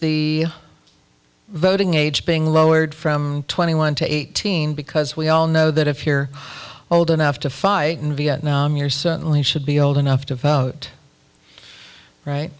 the voting age being lowered from twenty one to eighteen because we all know that if you're old enough to fight in vietnam you're certainly should be old enough to vote right